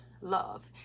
love